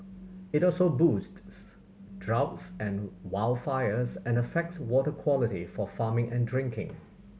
it also boosts droughts and wildfires and affects water quality for farming and drinking